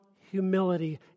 humility